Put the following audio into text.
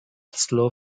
slow